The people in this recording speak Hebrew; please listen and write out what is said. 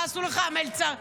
מה עשו לך המלצרים?